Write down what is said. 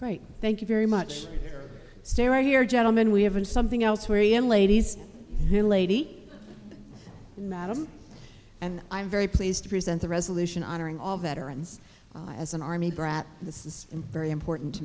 right thank you very much stay right here gentlemen we haven't something else where i am ladies lady madam and i'm very pleased to present a resolution honoring all veterans as an army brat this is very important to